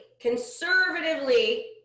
Conservatively